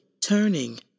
turning